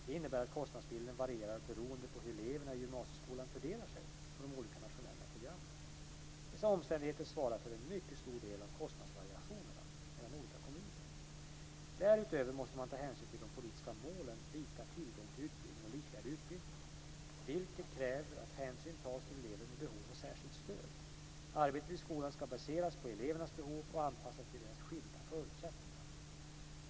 Det innebär att kostnadsbilden varierar beroende på hur eleverna i gymnasieskolan fördelar sig på de olika nationella programmen. Dessa omständigheter svarar för en mycket stor del av kostnadsvariationerna mellan olika kommuner. Därutöver måste man ta hänsyn till de politiska målen lika tillgång till utbildning och likvärdig utbildning, vilka kräver att hänsyn tas till elever med behov av särskilt stöd. Arbetet i skolan ska baseras på elevernas behov och anpassas till deras skilda förutsättningar.